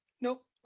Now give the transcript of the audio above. nope